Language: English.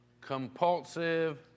compulsive